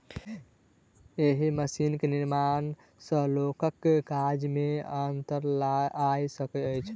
एहि मशीन के निर्माण सॅ लोकक काज मे अन्तर आयल अछि